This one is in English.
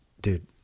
dude